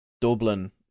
Dublin